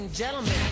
Gentlemen